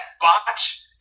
botch